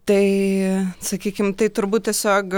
tai sakykim tai turbūt tiesiog